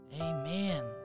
Amen